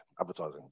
advertising